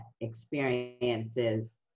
experiences